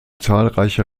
zahlreiche